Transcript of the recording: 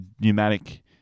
pneumatic